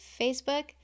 Facebook